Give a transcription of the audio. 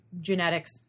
genetics